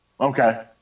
Okay